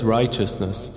righteousness